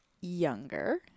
younger